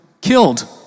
killed